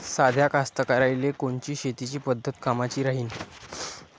साध्या कास्तकाराइले कोनची शेतीची पद्धत कामाची राहीन?